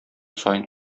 саен